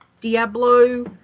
Diablo